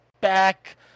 back